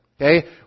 Okay